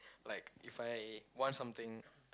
like If I want something